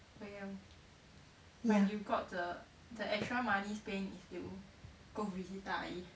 ya